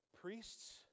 Priests